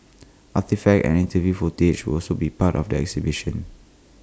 artefacts and interview footage will also be part of the exhibition